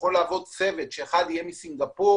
יכול לעבוד צוות שאחד יהיה מסינגפור,